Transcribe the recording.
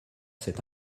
cette